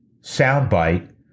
soundbite